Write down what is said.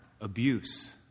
abuse